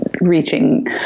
reaching